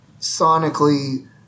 sonically